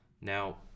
Now